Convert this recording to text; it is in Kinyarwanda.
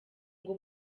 ngo